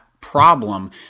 problem